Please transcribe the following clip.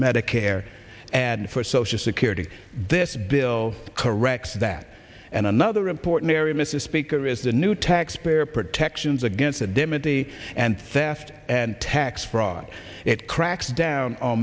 medicare and for social security this bill corrects that and another important area mr speaker is the new taxpayer protections against the damage he and theft and tax fraud it cracks down on